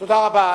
תודה רבה.